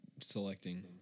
selecting